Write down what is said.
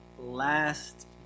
last